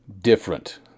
Different